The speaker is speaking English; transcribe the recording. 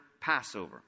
Passover